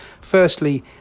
firstly